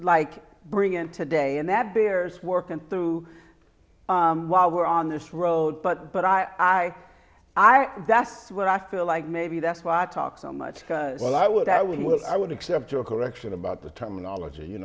like bring in today and that bears working through while we're on this road but but i i i that's what i feel like maybe that's why i talk so much well i would i will i would accept your correction about the terminology you